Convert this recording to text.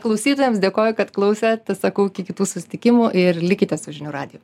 klausytojams dėkoju kad klausėt sakau iki kitų susitikimų ir likite su žinių radiju